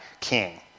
king